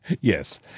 Yes